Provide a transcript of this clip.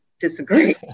disagree